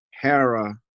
Hera